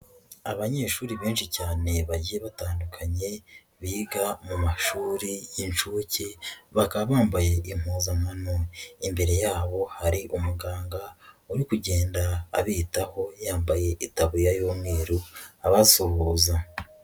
Abanyeshuri benshi cyane bagiye batandukanye biga mu mashuri y'inshuke, bakaba bambaye impuzankano, imbere yabo hari umuganga, uri kugenda abitaho, yambaye itaburiya y'umweru abasohoza.